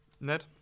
Ned